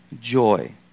Joy